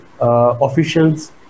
officials